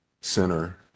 center